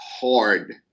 hard